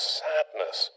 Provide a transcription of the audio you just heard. sadness